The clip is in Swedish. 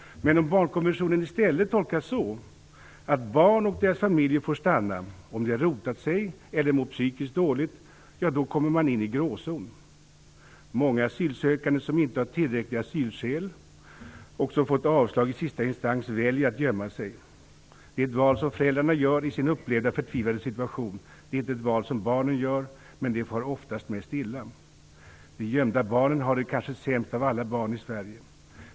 Men om barnkonventionen i stället tolkas så, att barn och deras familjer får stanna om de har rotat sig eller mår psykiskt dåligt kommer man in i en gråzon. Många asylsökande som inte har tillräckliga asylskäl och som fått avslag i sista instans väljer att gömma sig. Det är ett val som föräldrarna gör i sin upplevda förtvivlade situation. Det är inte ett val som barnen gör, men de far oftast mest illa. De gömda barnen har det kanske sämst av alla barn i Sverige.